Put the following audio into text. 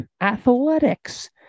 athletics